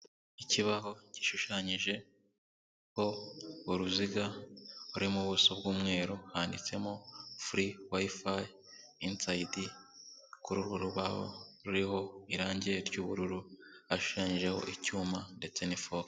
Ikibaho gishushanyijeho uruziga rurimo ubuso bwumweru rwanditsemo furi wayifayi insayidi kurubaho ruriho irangi ry'ubururu hashinjeho icyuma ndetse n'ifotoke.